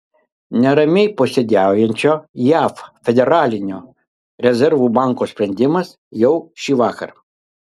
neramiai posėdžiaujančio jav federalinio rezervų banko sprendimas jau šįvakar